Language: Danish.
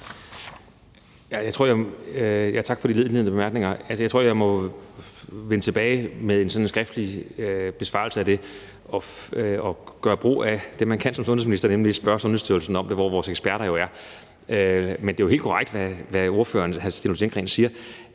Tak for de indledende bemærkninger. Jeg tror, jeg må vende tilbage med en skriftlig besvarelse af det og gøre brug af det, man kan som sundhedsminister, nemlig spørge Sundhedsstyrelsen, hvor vores eksperter jo er, om det. Men det er jo helt korrekt, hvad spørgeren, hr. Stinus Lindgreen, siger,